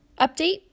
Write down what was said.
update